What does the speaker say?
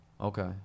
okay